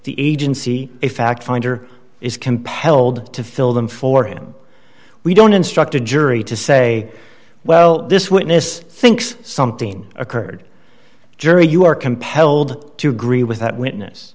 finder is compelled to fill them for him we don't instruct a jury to say well this witness thinks something occurred jury you are compelled to agree with that witness